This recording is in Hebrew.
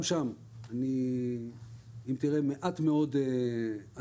גם שם תראה מעט מאוד עצירות,